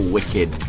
Wicked